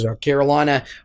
Carolina